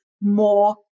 more